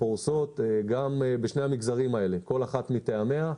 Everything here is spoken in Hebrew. שפורסות גם בשני המגזרים האלה, כל אחת מטעמיה,